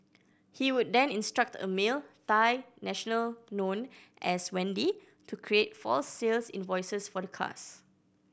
he would then instruct a male Thai national known as Wendy to create false sales invoices for the cars